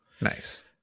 Nice